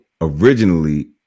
originally